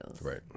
right